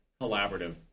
collaborative